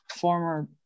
former